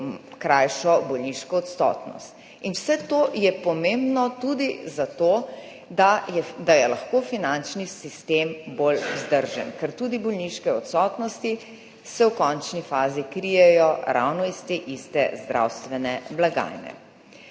krajšo bolniško odsotnost. Vse to je pomembno tudi zato, da je lahko finančni sistem bolj vzdržen, ker tudi bolniške odsotnosti se v končni fazi krijejo ravno iz te iste zdravstvene blagajne.